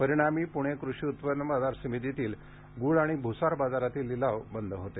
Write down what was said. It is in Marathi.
परिणामी पूणे कृषी उत्पन्न बाजार समितीतील गुळ आणि भुसार बाजारातील लिलाव बंद होते